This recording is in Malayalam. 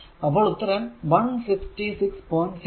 അപ്പോൾ ഉത്തരം 166